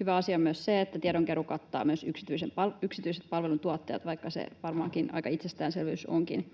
Hyvä asia on myös se, että tiedonkeruu kattaa myös yksityiset palveluntuottajat, vaikka se varmaankin aika itsestäänselvyys onkin.